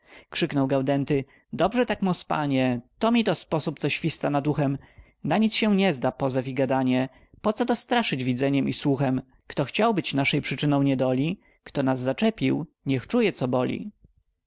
krzyknął gaudenty dobrze tak mospanie to mito sposób co śwista nad uchem na nic się nie zda pozew i gadanie pocoto straszyć widzeniem i słuchem kto chciał być naszej przyczyną niedoli kto nas zaczepił niech czuje co boli